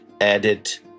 edit